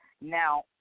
Now